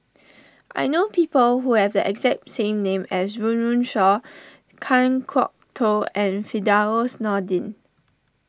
I know people who have the exact same name as Run Run Shaw Kan Kwok Toh and Firdaus Nordin